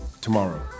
tomorrow